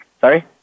Sorry